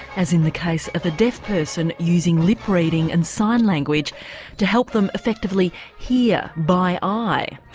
as in the case of a deaf person using lip-reading and sign-language to help them effectively hear by eye.